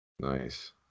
nice